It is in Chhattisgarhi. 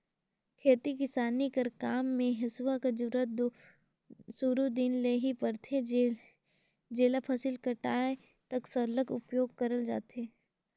खेती किसानी कर काम मे हेसुवा कर जरूरत दो सुरू दिन ले ही परथे जेला फसिल कटाए तक सरलग उपियोग करल जाथे